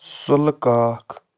سُلہٕ کاکھ